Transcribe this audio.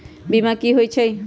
बीमा कि होई छई?